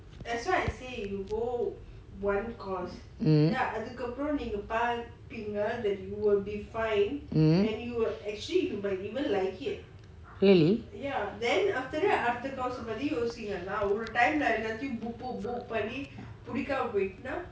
mmhmm really